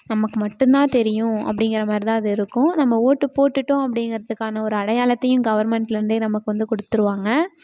நமக்கு மட்டும் தான் தெரியும் அப்படிங்கிற மாதிரி தான் அது இருக்கும் நம்ம ஓட்டு போட்டுவிட்டோம் அப்படிங்கறதுக்கான ஒரு அடையாளத்தையும் கவர்மெண்ட்டில் இருந்தே நமக்கு வந்து கொடுத்துருவாங்க